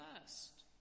First